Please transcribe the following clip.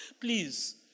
please